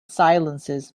silences